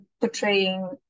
portraying